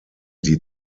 die